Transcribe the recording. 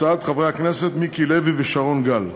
הצעות חברי הכנסת מיקי לוי ושרון גל,